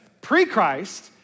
pre-Christ